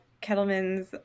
Kettleman's